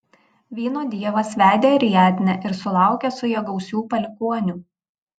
vyno dievas vedė ariadnę ir sulaukė su ja gausių palikuonių